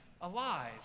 alive